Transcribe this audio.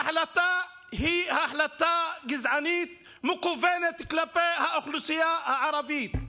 ההחלטה היא החלטה גזענית המכוונת כלפי האוכלוסייה הערבית.